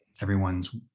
everyone's